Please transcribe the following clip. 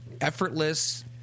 effortless